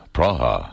Praha